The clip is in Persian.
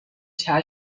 چشم